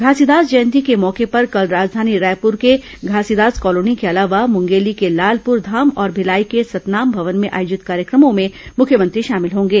घासीदास जयती के मौके पर कल राजधानी रायपुर के घासीदास कॉलोनी के अलावा मुंगेली के लालपुर धाम और भिलाई के सतनाम भवन में आयोजित कार्यक्रमों में मुख्यमंत्री शामिल होंगे